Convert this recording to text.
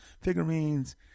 figurines